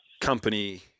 company